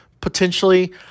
potentially